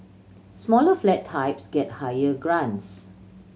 smaller flat types get higher grants